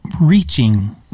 reaching